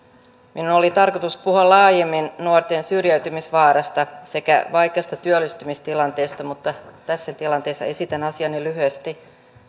minun oli tarkoitus puhua laajemmin nuorten syrjäytymisvaarasta sekä vaikeasta työllistymistilanteesta mutta tässä tilanteessa esitän asiani lyhyesti